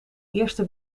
eerste